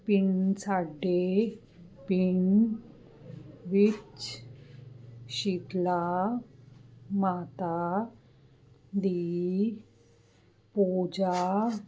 ਪਿੰਡ ਸਾਡੇ ਪਿੰਡ ਵਿੱਚ ਸ਼ੀਤਲਾ ਮਾਤਾ ਦੀ ਪੂਜਾ